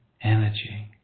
energy